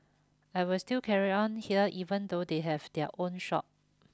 I will still carry on here even though they have their own shop